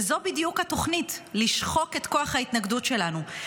וזו בדיוק התוכנית: לשחוק את כוח ההתנגדות שלנו.